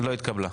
לא התקבלה.